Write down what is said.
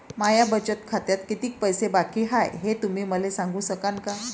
माया बचत खात्यात कितीक पैसे बाकी हाय, हे तुम्ही मले सांगू सकानं का?